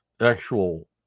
actual